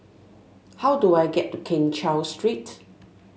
how do I get to Keng Cheow Street